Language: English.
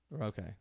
Okay